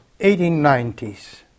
1890s